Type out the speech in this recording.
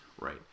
Right